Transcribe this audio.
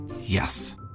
Yes